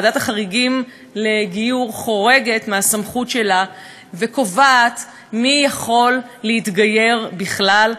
ועדת החריגים לגיור חורגת מהסמכות שלה וקובעת מי יכול להתגייר בכלל,